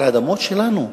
על האדמות שלנו,